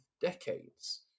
decades